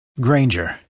Granger